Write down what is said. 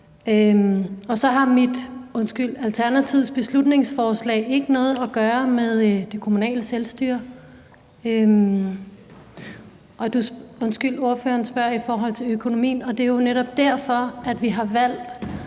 Og så har Alternativets beslutningsforslag ikke noget at gøre med det kommunale selvstyre. Ordføreren spørger om økonomien, og det er jo netop derfor, vi har valgt